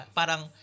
parang